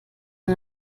der